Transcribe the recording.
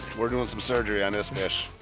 we're doing some surgery on this